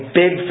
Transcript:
big